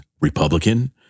Republican